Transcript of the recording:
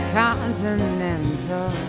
continental